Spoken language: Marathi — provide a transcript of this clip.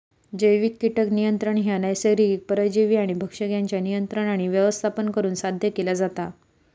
जैविक कीटक नियंत्रण ह्या नैसर्गिक परजीवी आणि भक्षक यांच्या नियंत्रण आणि व्यवस्थापन करुन साध्य केला जाता